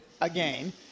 again